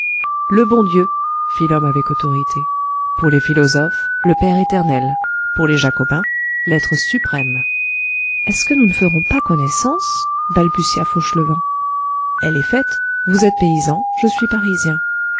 le bon dieu fit l'homme avec autorité pour les philosophes le père éternel pour les jacobins l'être suprême est-ce que nous ne ferons pas connaissance balbutia fauchelevent elle est faite vous êtes paysan je suis parisien